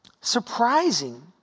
surprising